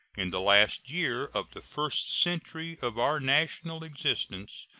in the last year of the first century of our national existence,